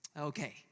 Okay